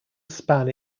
span